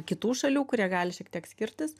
kitų šalių kurie gali šiek tiek skirtis